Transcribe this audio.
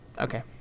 Okay